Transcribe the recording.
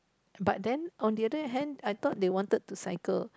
but then on the other hand I thought they wanted to cycle